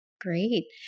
Great